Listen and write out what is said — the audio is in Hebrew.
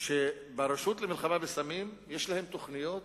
שברשות למלחמה בסמים יש תוכניות